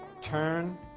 Turn